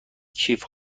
کیف